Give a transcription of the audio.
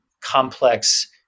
complex